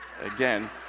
Again